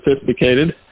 sophisticated